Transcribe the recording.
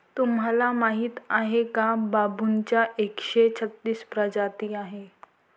तुम्हाला माहीत आहे का बांबूच्या एकशे छत्तीस प्रजाती आहेत